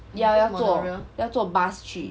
ya 要坐要坐 bus 去